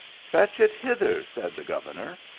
fetch it hither, said the governor.